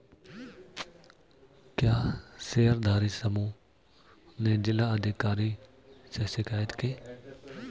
क्या शेयरधारी समूह ने जिला अधिकारी से शिकायत की?